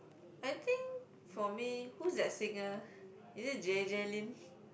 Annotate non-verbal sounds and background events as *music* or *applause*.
I think for me who's that singer *breath* is it J_J-Lin